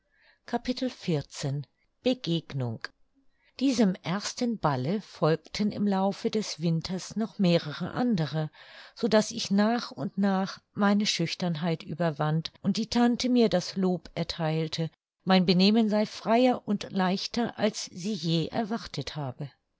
begegnung diesem ersten balle folgten im laufe des winters noch mehrere andere so daß ich nach und nach meine schüchternheit überwand und die tante mir das lob ertheilte mein benehmen sei freier und leichter als sie je erwartet habe